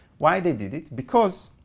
why they did it? because